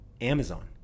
amazon